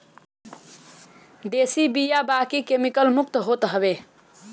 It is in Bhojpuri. देशी बिया बाकी केमिकल मुक्त होत हवे